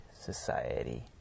Society